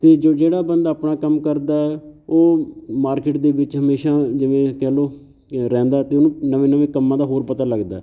ਅਤੇ ਜੋ ਜਿਹੜਾ ਬੰਦਾ ਆਪਣਾ ਕੰਮ ਕਰਦਾ ਹੈ ਉਹ ਮਾਰਕਿਟ ਦੇ ਵਿੱਚ ਹਮੇਸ਼ਾਂ ਜਿਵੇਂ ਕਹਿ ਲਉ ਕਿ ਰਹਿੰਦਾ ਅਤੇ ਉਹਨੂੰ ਨਵੇਂ ਨਵੇਂ ਕੰਮਾਂ ਦਾ ਹੋਰ ਪਤਾ ਲੱਗਦਾ